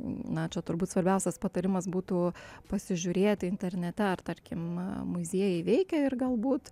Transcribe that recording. na čia turbūt svarbiausias patarimas būtų pasižiūrėti internete ar tarkim muziejai veikia ir galbūt